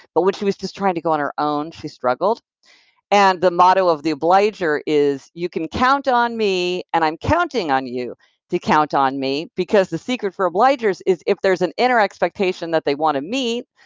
but when she was just trying to go on her own, she struggled and the motto of the obliger is you can count on me, and i'm counting on you to count on me, because the secret for obligers is, if there's an inner expectation that they want to meet,